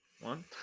One